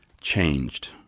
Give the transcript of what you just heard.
changed